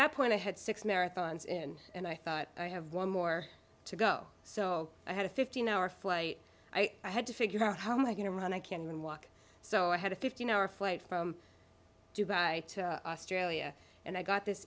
that point i had six marathons in and i thought i have one more to go so i had a fifteen hour flight i had to figure out how i'm going to run i can't even walk so i had a fifteen hour flight from dubai australia and i got this